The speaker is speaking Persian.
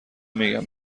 میگم